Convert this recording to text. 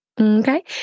okay